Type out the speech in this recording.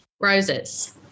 Roses